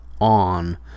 on